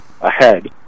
Ahead